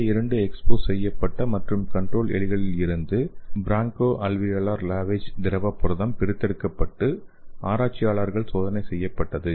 இந்த இரண்டு எக்ஸ்போஸ் செய்யப்பட்ட மற்றும் கண்ட்ரோல் எலிகளில் இருந்து ப்ராங்கோஅல்வியோலார் லாவேஜ் திரவப் புரதம் பிரித்தெடுக்கப்பட்டு ஆராய்ச்சியாளர்கள் சோதனை செய்யப்பட்டது